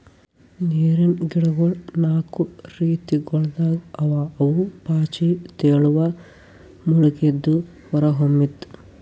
ನೀರಿನ್ ಗಿಡಗೊಳ್ ನಾಕು ರೀತಿಗೊಳ್ದಾಗ್ ಅವಾ ಅವು ಪಾಚಿ, ತೇಲುವ, ಮುಳುಗಿದ್ದು, ಹೊರಹೊಮ್ಮಿದ್